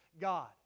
God